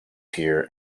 here